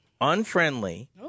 unfriendly